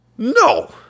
No